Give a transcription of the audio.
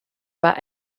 pas